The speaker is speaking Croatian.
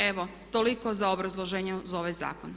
Evo, toliko za obrazloženje uz ovaj zakon.